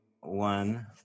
one